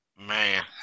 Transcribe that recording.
Man